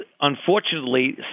unfortunately